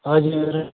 हजुर